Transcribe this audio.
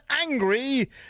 angry